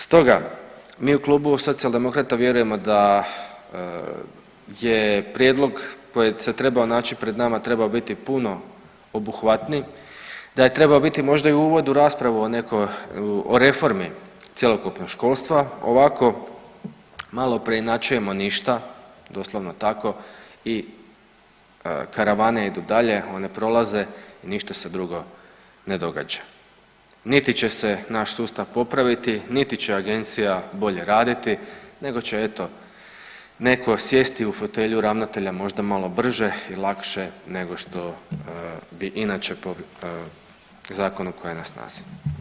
Stoga mi u klubu Socijaldemokrata vjerujemo da je prijedlog koji se trebao naći pred nama je trebao biti puno obuhvatniji, da je trebao biti možda i u uvodu raspravu o reformi cjelokupnog školstva, ovako malo preinačujemo ništa doslovno tako i karavane idu dalje one prolaze, ništa se drugo ne događa niti će se naš sustav popraviti, niti će agencija bolje raditi nego će eto neko sjesti u fotelju ravnatelja možda malo brže i lakše nego što bi inače po zakonu koji je na snazi.